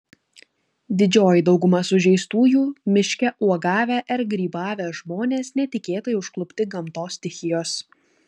didžioji dauguma sužeistųjų miške uogavę ar grybavę žmonės netikėtai užklupti gamtos stichijos